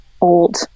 old